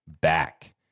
back